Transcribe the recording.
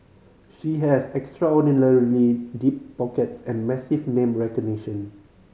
she has extraordinarily deep pockets and massive name recognition